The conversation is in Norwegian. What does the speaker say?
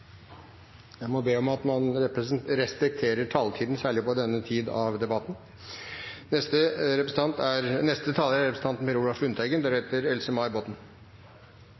Jeg må be om at man respekterer taletiden, særlig på denne tid i debatten.